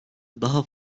daha